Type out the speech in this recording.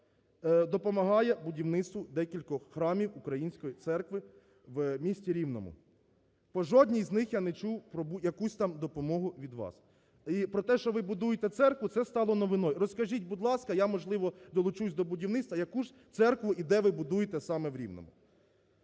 допомагає будівництву декількох храмів української церкви в місті Рівному. По жодній з них я не чув про якусь там допомогу від вас. І про те, що ви будуєте церкву, це стало новиною. Розкажіть, будь ласка, я, можливо, долучусь до будівництва, – яку ж церкву і де ви будуєте саме в Рівному?